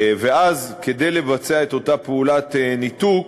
ואז, כדי לבצע את אותה פעולת ניתוק,